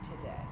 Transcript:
today